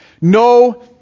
No